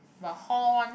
but hall one